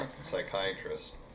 psychiatrist